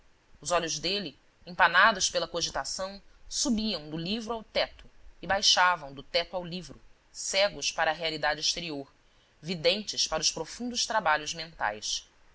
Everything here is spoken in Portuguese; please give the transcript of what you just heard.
os olhos dele empanados pela cogitação subiam do livro ao reto e baixavam do reto ao livro cegos para a realidade exterior videntes para os profundos trabalhos mentais